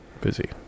Busy